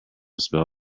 spell